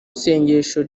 sengesho